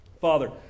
Father